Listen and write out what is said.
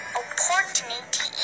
opportunity